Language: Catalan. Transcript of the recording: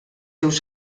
seus